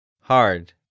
Hard